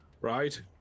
Right